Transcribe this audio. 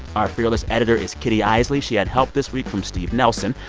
our fearless editor is kitty eisele. she had help this week from steve nelson.